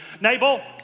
Nabal